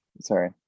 Sorry